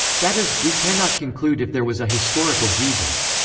that is, we cannot conclude if there was a historical jesus.